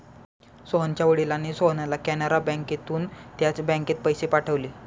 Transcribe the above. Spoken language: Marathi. सोहनच्या वडिलांनी सोहनला कॅनरा बँकेतून त्याच बँकेत पैसे पाठवले